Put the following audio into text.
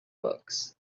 books